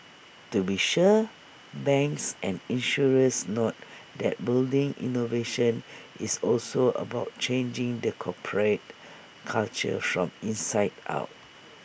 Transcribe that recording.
to be sure banks and insurers note that building innovation is also about changing the corporate culture from inside out